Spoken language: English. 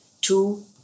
two